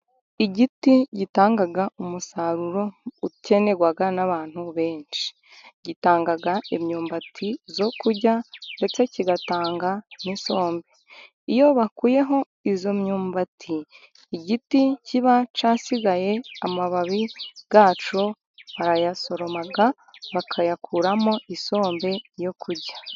Igiti gitanga umusaruro ukenerwa n'abantu benshi, gitanga imyumbati yo kurya ndetse kigatanga n'isombe, iyo bakuyeho iyo myumbati, igiti kiba cyasigaye amababi yacyo barayasoroma bakayakuramo isombe yo kurya.